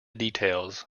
details